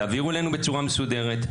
תעבירו אלינו בצורה מסודרת.